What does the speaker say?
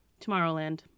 Tomorrowland